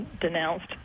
Denounced